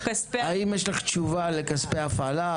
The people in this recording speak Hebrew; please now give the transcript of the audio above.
האם יש לך תשובה לכספי הפעלה?